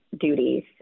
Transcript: duties